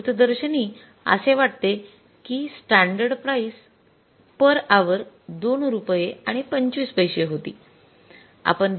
सकृतदर्शनी असे वाटते किस्टॅंडर्ड प्राइस पेर आवर २ रुपये आणि २५ पैसे होती